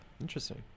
Interesting